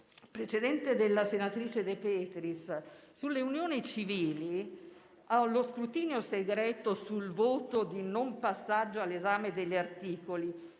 precedente citato dalla senatrice De Petris, a proposito delle unioni civili: lo scrutinio segreto sul voto di non passaggio all'esame degli articoli